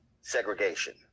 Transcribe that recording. segregation